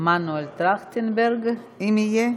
מנואל טרכטנברג, אם יהיה,